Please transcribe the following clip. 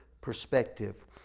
perspective